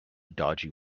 dodgy